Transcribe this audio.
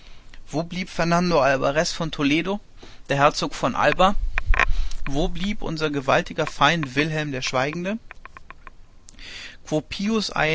wo blieb fernando alvarez von toledo der herzog von alba wo blieb unser gewaltiger feind wilhelm der schweigende